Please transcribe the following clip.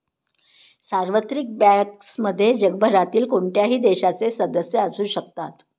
सार्वत्रिक बँक्समध्ये जगभरातील कोणत्याही देशाचे सदस्य असू शकतात